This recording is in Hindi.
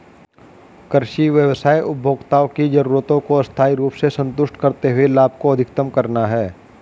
कृषि व्यवसाय उपभोक्ताओं की जरूरतों को स्थायी रूप से संतुष्ट करते हुए लाभ को अधिकतम करना है